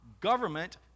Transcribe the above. government